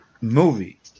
movie